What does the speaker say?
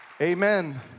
Amen